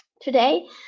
today